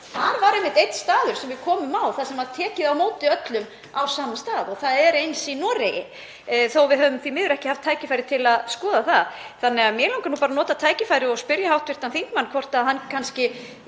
Þar var einmitt einn staður sem við komum á þar sem var tekið á móti öllum á sama stað og það er eins í Noregi þó að við höfum því miður ekki haft tækifæri til að skoða það. Mig langar því að nota tækifærið og spyrja hv. þingmann hvort hann kannski